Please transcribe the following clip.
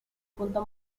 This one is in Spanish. punto